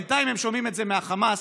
בינתיים הם שומעים את זה מהחמאס,